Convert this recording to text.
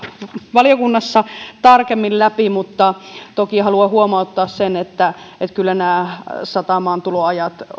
valiokunnassa tarkemmin läpi mutta toki haluan huomauttaa että kyllä nämä satamaantuloajat